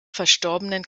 verstorbenen